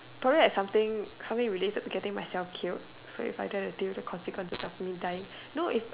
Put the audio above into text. probably like something something related to getting myself killed so I don't have to deal with the consequences of myself dying no it's